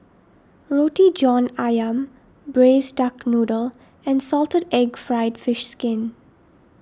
Roti John Ayam Braised Duck Noodle and Salted Egg Fried Fish Skin